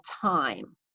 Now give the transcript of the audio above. time